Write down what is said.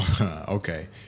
Okay